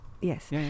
Yes